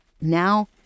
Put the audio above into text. Now